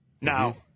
Now